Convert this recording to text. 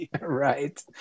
Right